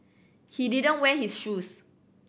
he didn't wear his shoes